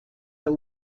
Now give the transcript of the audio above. der